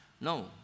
No